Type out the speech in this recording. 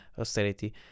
austerity